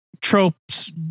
tropes